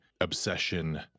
obsession